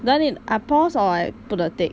then it I pause or put a tick